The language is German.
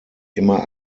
immer